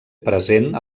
present